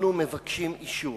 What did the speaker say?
אנחנו מבקשים אישור.